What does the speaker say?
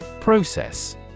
Process